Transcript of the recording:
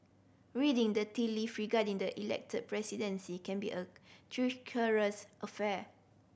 reading the tea leave regarding the Elected Presidency can be a treacherous affair